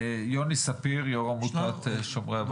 יוני ספיר, יו"ר עמותת שומרי הבית.